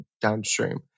downstream